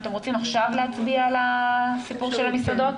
אתם רוצים עכשיו להצביע על הסיפור של המסעדות?